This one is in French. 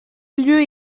lieues